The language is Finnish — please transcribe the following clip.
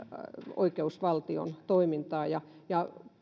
oikeusvaltion toimintaa